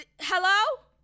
Hello